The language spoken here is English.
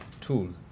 tool